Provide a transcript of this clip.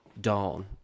Dawn